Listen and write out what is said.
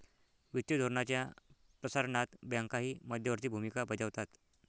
वित्तीय धोरणाच्या प्रसारणात बँकाही मध्यवर्ती भूमिका बजावतात